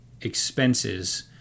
expenses